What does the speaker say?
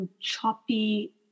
choppy